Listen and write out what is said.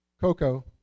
Coco